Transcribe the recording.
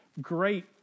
Great